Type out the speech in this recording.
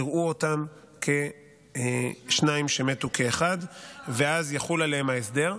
יראו אותם כשניים שמתו כאחד ואז יחול עליהם ההסדר.